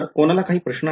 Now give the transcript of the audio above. तर कोणाला काही प्रश्न